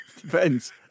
Depends